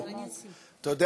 את מי זה מרשים?